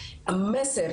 המסר